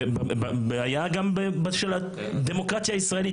בעיה גם של הדמוקרטיה הישראלית,